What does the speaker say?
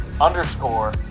underscore